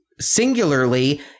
singularly